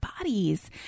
bodies